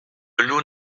loup